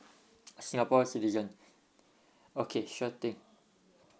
singapore citizen okay sure thing